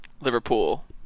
Liverpool